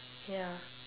ya